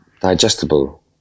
digestible